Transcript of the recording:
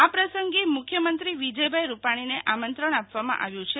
આ પ્રસંગે મુખ્યમંત્રી વિજયભાઈ રૂપાણીને આમંત્રણ આપવામાં આવ્યું છે